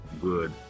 good